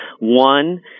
one